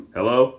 Hello